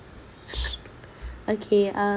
okay uh